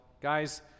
Guys